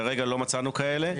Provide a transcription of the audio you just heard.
כרגע לא מצאנו כאלה,